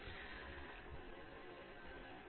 வெப்பநிலை அளவிட எப்படி உங்களுக்கு தெரியப்படுத்துவதில்லை